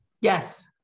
Yes